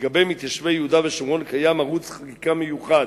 לגבי מתיישבי יהודה ושומרון קיים ערוץ חקיקה מיוחד,